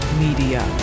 media